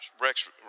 Rex